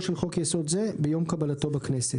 תחילתו של חוק יסוד זה ביום קבלתו בכנסת.